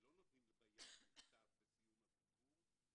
שלא נותנים ביד מכתב בסיום הביקור,